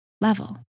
level